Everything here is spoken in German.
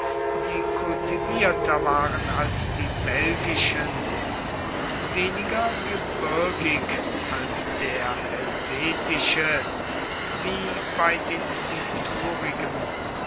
die kultivierter waren als die belgischen und weniger gebirgig als der helvetische wie bei den